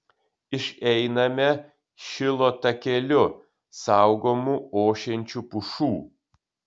išeiname šilo takeliu saugomu ošiančių pušų